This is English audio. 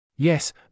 Yes